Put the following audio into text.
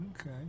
Okay